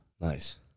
nice